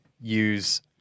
use